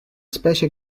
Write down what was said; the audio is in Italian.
specie